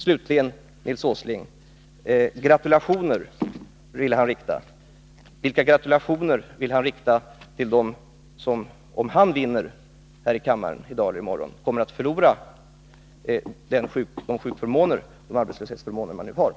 Till Nils Åsling som ville rikta gratulationer: Vilka gratulationer vill Nils Åsling rikta till dem som, om han vinner här i kammaren i dag eller i morgon, kommer att förlora de sjukförmåner och arbetslöshetsförmåner de nu har?